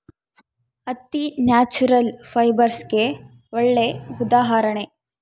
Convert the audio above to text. ಹತ್ತಿ ನ್ಯಾಚುರಲ್ ಫೈಬರ್ಸ್ಗೆಗೆ ಒಳ್ಳೆ ಉದಾಹರಣೆ